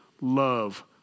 love